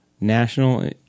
national